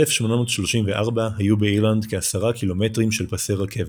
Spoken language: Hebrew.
ב-1834 היו באירלנד כעשרה קילומטרים של פסי רכבת.